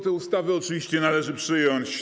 Te ustawy oczywiście należy przyjąć.